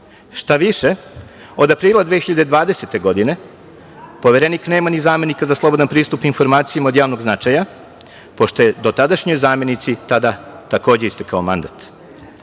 više, od aprila 2020. godine Poverenik nema ni zamenika za slobodan pristup informacijama od javnog značaja pošto je dotadašnjoj zamenici tada takođe istekao